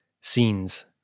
scenes